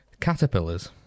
caterpillars